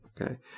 Okay